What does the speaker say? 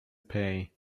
pay